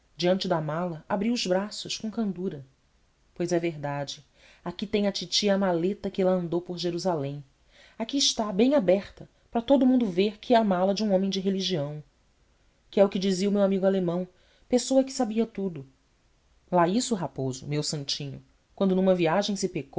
diante da mala abri os braços com candura pois é verdade aqui tem a titi a maleta que lá andou por jerusalém aqui está bem aberta para todo o mundo ver que é a mala de um homem de religião que é o que dizia o meu amigo alemão pessoa que sabia tudo lá isso raposo meu santinho quando numa viagem